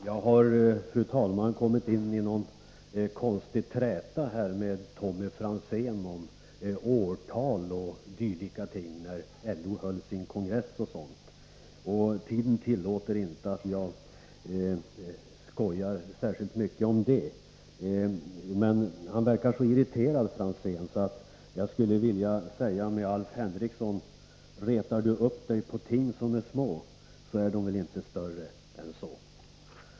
Fru talman! Jag har kommit in i en konstig träta med Tommy Franzén om vilket årtal LO höll sin kongress och dylika ting. Tiden tillåter inte att jag skojar särskilt mycket om det. Men Franzén verkar så irriterad, att jag skulle vilja säga med Alf Henrikson: Retar du upp dig på ting som är små, så är de väl inte större än så.